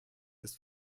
ist